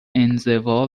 انزوا